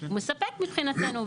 מספקת מבחינתו,